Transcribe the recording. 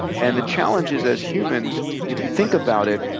and the challenge is as humans, if you think about it,